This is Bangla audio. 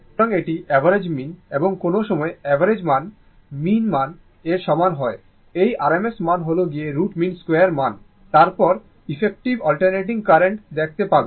সুতরাং এটি অ্যাভারেজ মিন এবং কখনও সময় অ্যাভারেজ মান মিন মান এর সমান হয় এই RMS মান হল গিয়ে root mean 2 মান তারপর ইফেক্টিভ অল্টারনেটিং কারেন্ট দেখতে পাবে